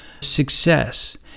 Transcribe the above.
success